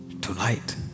tonight